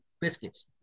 biscuits